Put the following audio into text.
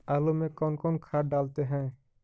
आलू में कौन कौन खाद डालते हैं?